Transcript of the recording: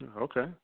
Okay